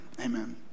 amen